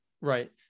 right